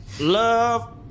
love